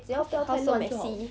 house so messy